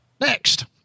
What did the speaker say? next